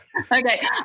Okay